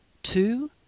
Two